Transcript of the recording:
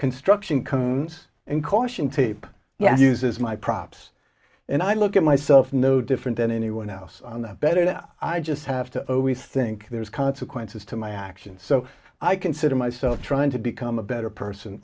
construction comes and caution tape yet uses my props and i look at myself no different than anyone else on the better that i just have to always think there's consequences to my actions so i consider myself trying to become a better person